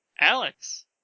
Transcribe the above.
Alex